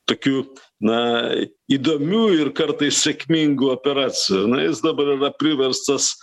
tokių na įdomių ir kartais sėkmingų operacijų na jis dabar yra priverstas